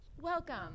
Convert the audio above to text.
Welcome